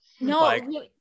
No